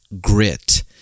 grit